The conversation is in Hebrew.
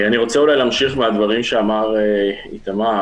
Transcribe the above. אני רוצה אולי להמשיך מהדברים שאמר איתמר.